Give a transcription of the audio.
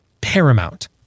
paramount